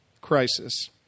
crisis